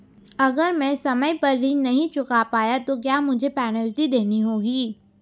अगर मैं समय पर ऋण नहीं चुका पाया तो क्या मुझे पेनल्टी देनी होगी?